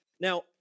Now